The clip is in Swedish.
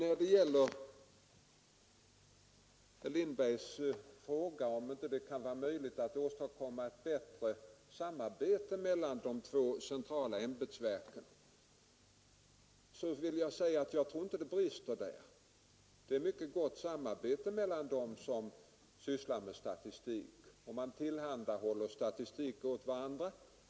Herr Lindberg frågade om det inte kan vara möjligt att åstadkomma ett bättre samarbete mellan de två centrala ämbetsverken. På den frågan vill jag svara att jag inte tror att det brister på den punkten, Det är ett mycket gott samarbete mellan dem som sysslar med statistik, och man tillhandahåller material åt varandra.